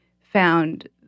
found